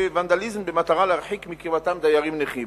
ונדליזם במטרה להרחיק מקרבתם דיירים נכים.